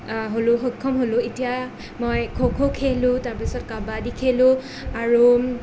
হ'লোঁ সক্ষম এতিয়া মই খো খো খেলোঁ তাৰ পিছত কাবাডী খেলোঁ আৰু